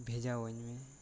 ᱵᱷᱮᱡᱟᱣ ᱟᱹᱧ ᱢᱮ